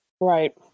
Right